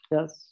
Yes